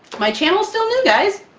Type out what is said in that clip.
my channel still new guys!